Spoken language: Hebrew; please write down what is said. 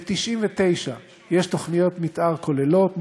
ל־99 יש תוכניות מתאר כוללות,